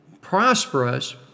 prosperous